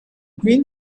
green